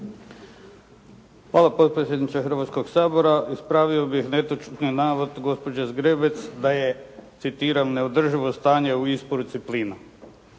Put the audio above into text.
Hvala potpredsjedniče Hrvatskog sabora. Ispravio bih netočni navod gospođe Zgrebec da je, citiram: "neodrživo stanje u isporuci plina."